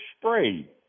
spray